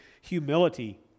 humility